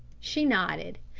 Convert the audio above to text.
she nodded.